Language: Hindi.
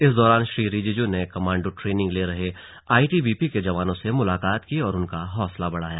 इस दौरान श्री रिजीजू ने कमांडो ट्रेनिंग ले रहे आई टी बी पी के जवानों से मुलाकात की और उनका हौसला बढ़ाया